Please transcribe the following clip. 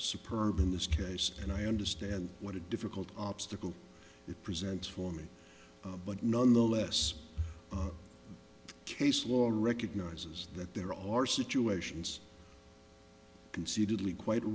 superman this case and i understand what a difficult obstacle it presents for me but nonetheless the case law recognizes that there are situations concededly quite